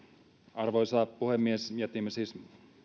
arvoisa puhemies jätimme siis